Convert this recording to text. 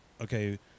okay